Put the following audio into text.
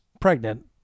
pregnant